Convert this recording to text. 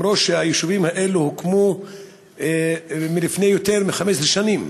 למרות שהיישובים האלו הוקמו לפני יותר מ-15 שנים,